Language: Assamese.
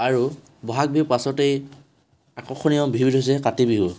আৰু ব'হাগ বিহুৰ পাছতেই আকৰ্ষণীয় বিহুটো হৈছে কাতি বিহু